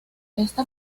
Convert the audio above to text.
esta